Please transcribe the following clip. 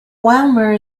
wilmer